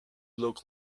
look